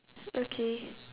okay